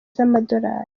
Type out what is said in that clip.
z’amadolari